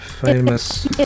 famous